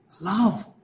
love